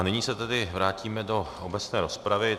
Nyní se vrátíme do obecné rozpravy.